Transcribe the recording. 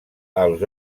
els